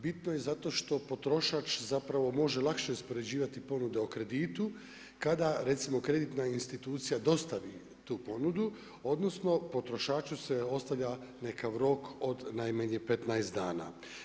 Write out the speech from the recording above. Bitno je zato što potrošač zapravo može lakše uspoređivati ponude o kreditu, kada recimo kreditna institucija dostavi tu ponudu, odnosno, potrošaču se dostavlja nekakav rok od najmanje 15 dana.